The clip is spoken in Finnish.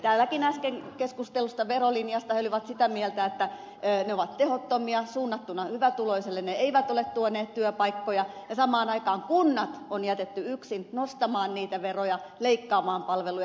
täälläkin äsken keskustellusta verolinjasta he olivat sitä mieltä että ne ovat tehottomia suunnattuja hyvätuloiselle ne eivät ole tuoneet työpaikkoja ja samaan aikaan kunnat on jätetty yksin nostamaan niitä veroja leikkaamaan palveluja